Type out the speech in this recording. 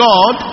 God